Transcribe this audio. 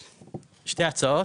שתי הצעות.